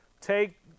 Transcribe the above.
take